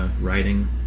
writing